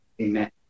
Amen